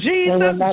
Jesus